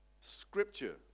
scripture